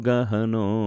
Gahano